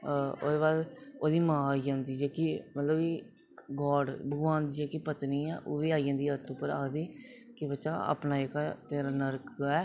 ओह्दे बाद ओह्दी मां आई जंदी जेहकी मतलब कि गाड भगवान दी जेहकी पत्नी ऐ ओ बी आई जंदी आखदी के बच्चा जेहड़ा तेरा नर्क ऐ